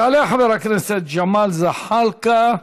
יעלה חבר הכנסת ג'מאל זחאלקה,